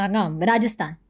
Rajasthan